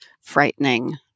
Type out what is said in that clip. frightening